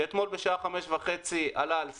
שאתמול בשעה חמש וחצי עלה על שרטון,